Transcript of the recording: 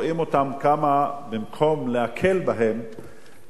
כמה במקום להקל הם מעכבים,